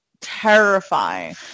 terrifying